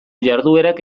jarduerak